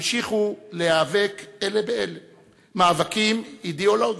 המשיכו להיאבק אלה באלה מאבקים אידיאולוגיים,